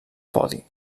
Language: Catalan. podi